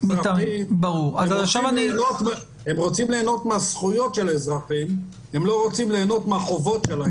הם רוצים ליהנות מהזכויות של האזרחים אבל לא מהחובות שלהם.